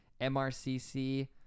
MRCC